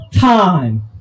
time